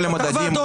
כל המדדים,